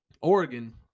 Oregon